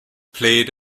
played